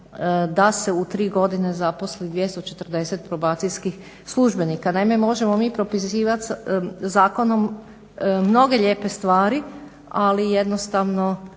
da se u 3 godine zaposli 240 probacijskih službenika. Naime, možemo mi propisivat zakonom mnoge lijepe stvari, ali jednostavno